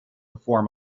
before